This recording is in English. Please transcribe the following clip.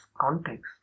context